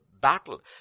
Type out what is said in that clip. battle